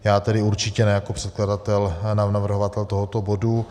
Já tedy určitě ne jako předkladatel, navrhovatel tohoto bodu.